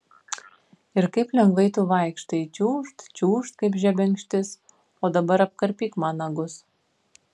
ir kaip lengvai tu vaikštai čiūžt čiūžt kaip žebenkštis o dabar apkarpyk man nagus